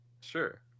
Sure